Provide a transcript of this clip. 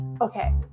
okay